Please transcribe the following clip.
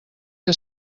que